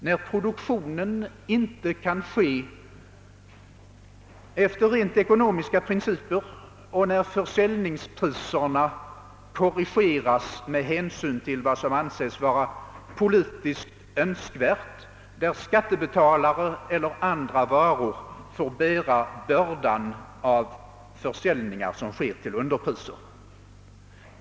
När produktio nen inte kan fortlöpa enligt ekonomiska principer, när försäljningspriserna manipuleras med hänsyn till vad som anses vara politiskt önskvärt och när skattebetalare — eller andra varor — får bära bördan av försäljningar till underpriser.